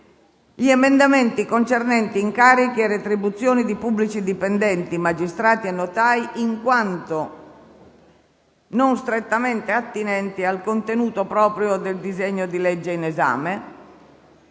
gli emendamenti concernenti incarichi e retribuzioni di pubblici dipendenti, magistrati e notai in quanto non strettamente attinenti al contenuto proprio del disegno di legge in esame,